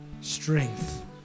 strength